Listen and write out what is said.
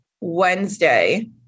Wednesday